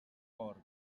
gord